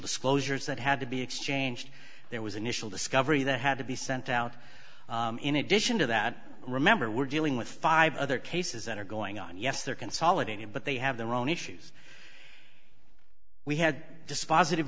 disclosures that had to be exchanged there was initial discovery that had to be sent out in addition to that remember we're dealing with five other cases that are going on yes they're consolidating but they have their own issues we had dispositive